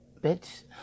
Bitch